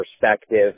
perspective